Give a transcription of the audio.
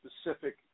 specific